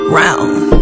round